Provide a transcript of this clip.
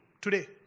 Today